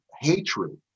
hatred